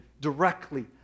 directly